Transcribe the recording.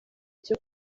cyo